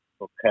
okay